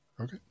Okay